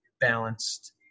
balanced